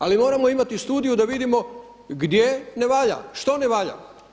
Ali moramo imati studiju da vidimo gdje ne valja, što ne valja.